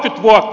puhemies